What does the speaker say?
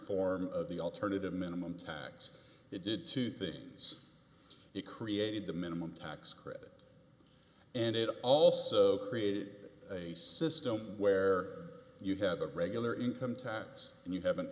form of the alternative minimum tax it did two things it created the minimum tax credit and it also created a system where you have a regular income tax and you have an